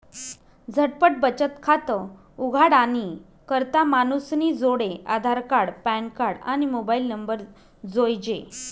झटपट बचत खातं उघाडानी करता मानूसनी जोडे आधारकार्ड, पॅनकार्ड, आणि मोबाईल नंबर जोइजे